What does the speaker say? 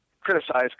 criticize